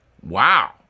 Wow